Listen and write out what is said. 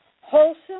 Wholesome